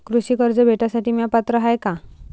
कृषी कर्ज भेटासाठी म्या पात्र हाय का?